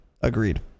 agreed